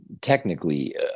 technically